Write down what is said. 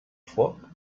foc